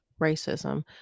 racism